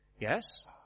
Yes